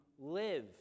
live